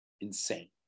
Insane